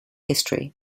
history